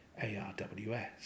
ARWS